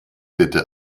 bitte